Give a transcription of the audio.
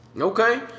Okay